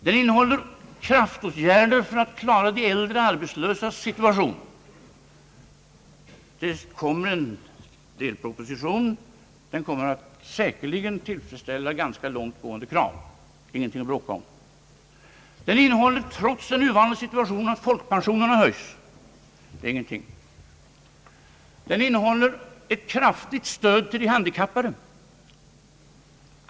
Den innehåller kraftåtgärder för att klara de äldre arbetslösas situation. En delproposition skall framläggas, som sä kerligen kommer att tillfredsställa ganska långt gående krav. Det är heller ingenting att göra väsen av. Budgeten innehåller också, trots den nuvarande situationen, att folkpensionerna höjs. Det är ingenting. Den innehåller ett kraftigt stöd åt de handikappade.